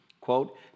Quote